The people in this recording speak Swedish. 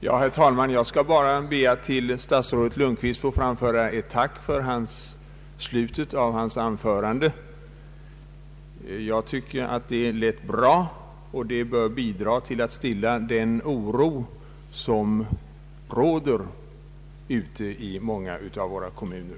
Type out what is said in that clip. Herr talman! Jag ber endast att till statsrådet Lundkvist få framföra ett tack för deklarationen i slutet av hans anförande. Den lät rätt bra och den bör bidra till att stilla den oro som råder ute i många av våra kommuner.